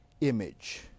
image